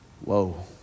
whoa